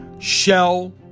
Shell